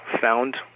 found